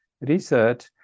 research